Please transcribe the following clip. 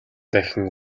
дахин